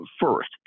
First